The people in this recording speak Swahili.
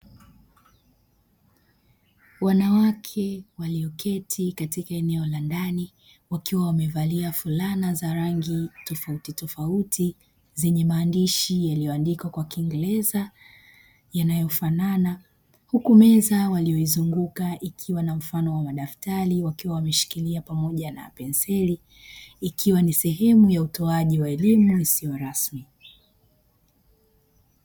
Wanawake walioketi katika eneo la ndani wakiwa wamevalia fulana za rangi tofauti tofauti zenye maandishi yaliyoandikwa kwa kiingereza yanayofanana, huku meza walioizunguka ikiwa na mfano wa madaftari wakiwa wameshikilia pamoja na penseli ikiwa ni sehemu ya utoaji wa elimu isiyo rasmi.